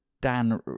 Dan